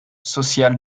social